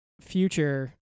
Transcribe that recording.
future